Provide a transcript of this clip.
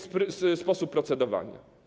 Sposób procedowania?